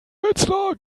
wetzlar